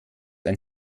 ein